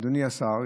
אדוני השר,